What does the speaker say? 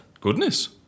Goodness